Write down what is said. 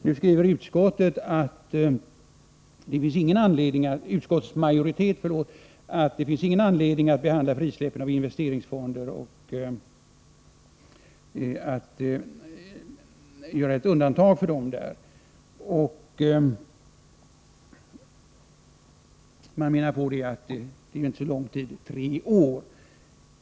Nu skriver utskottsmajoriteten att det inte finns någon anledning att tillstyrka ett frisläppande av investeringsfonder och att således göra ett undantag för dem. Man menar att det inte rör sig om så lång tid, bara tre år.